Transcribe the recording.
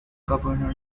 governor